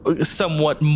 somewhat